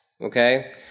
okay